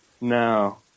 No